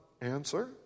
answer